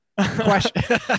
question